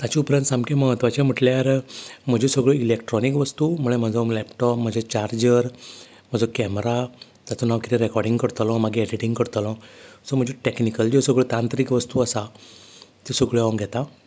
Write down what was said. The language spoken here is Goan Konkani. ताचे उपरांत सामकें महत्वाचें म्हटल्यार म्हज्यो सगल्यो इलेक्ट्रोनीक वस्तू म्हणल्यार म्हाजो लॅपटोप म्हजे चार्जर म्हजो कॅमरा तातून हांव किदें रेकॉडींग करतलो मागीर सेटींग करतालो सो म्हज्यो टॅक्नीकल ज्यो सगल्यो तांत्रीक वस्तू आसा त्यो सगळ्यो हांव घेता